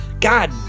God